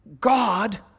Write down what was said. God